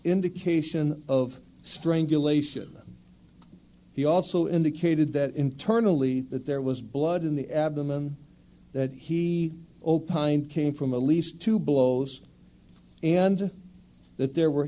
indication of strangulation he also indicated that internally that there was blood in the abdomen that he opined came from a least two blows and that there were